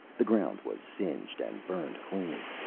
the ground was singed and burned clean.